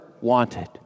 wanted